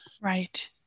Right